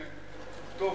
טוב.